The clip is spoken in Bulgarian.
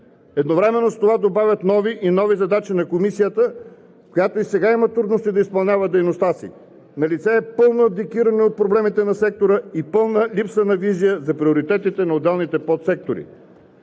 едновременно с това добавят нови и нови задачи на Комисията, която и сега има трудности да изпълнява дейността си. Налице е пълно абдикиране от проблемите на сектора и пълна липса на визия за приоритетите на отделните подсектори.